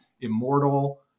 immortal